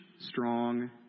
strong